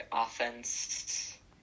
offense